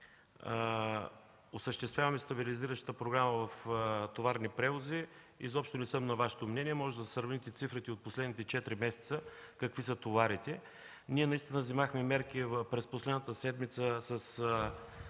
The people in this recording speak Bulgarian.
осъществяваме стабилизиращата програма в „Товарни превози” – изобщо не съм на Вашето мнение, можете да сравните цифрите от последните четири месеца какви са товарите. Ние наистина взехме мерки през последната седмица с